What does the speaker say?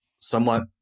somewhat